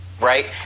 Right